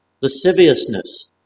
lasciviousness